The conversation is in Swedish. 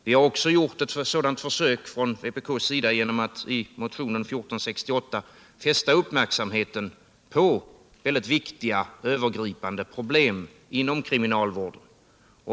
Vi har också gjort ett sådant här försök från vpk:s sida genom att i motionen 1468 fästa uppmärksamheten på mycket viktiga övergripande problem inom kriminalvården.